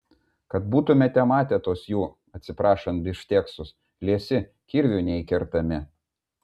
kad būtumėte matę tuos jų atsiprašant bifšteksus liesi kirviu neįkertami